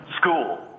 School